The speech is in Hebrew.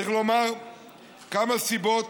צריך לומר כמה סיבות